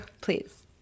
Please